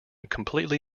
completely